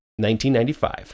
1995